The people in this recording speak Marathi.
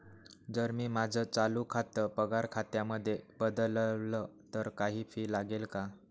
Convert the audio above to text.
जर मी माझं चालू खातं पगार खात्यामध्ये बदलवल, तर काही फी लागेल का?